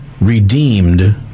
redeemed